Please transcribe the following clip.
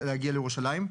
להגיע לירושלים.